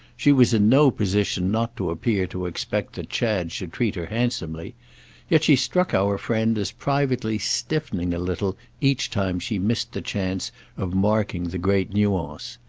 she was in no position not to appear to expect that chad should treat her handsomely yet she struck our friend as privately stiffening a little each time she missed the chance of marking the great nuance.